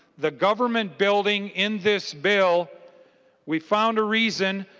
the government building in this bill we found a reason.